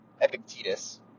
Epictetus